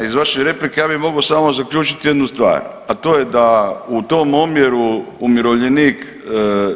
Evo iz vaše replike ja bih mogao samo zaključiti jednu stvar, a to je da u tom omjeru umirovljenik